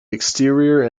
exterior